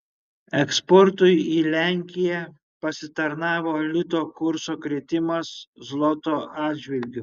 eksportui į lenkiją pasitarnavo lito kurso kritimas zloto atžvilgiu